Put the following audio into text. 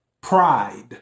Pride